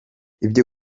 ibyo